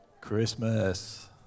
christmas